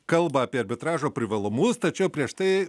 kalba apie arbitražo privalumus tačiau prieš tai